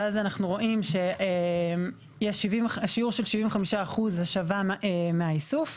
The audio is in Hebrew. ואז אנחנו רואים שיש שיעור 75% השבה מהאיסוף,